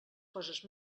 coses